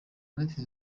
nzitizi